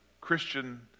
Christian